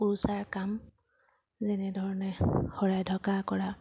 কুৰ্চাৰ কাম যেনেধৰণে শৰাই ঢকা কৰা